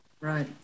Right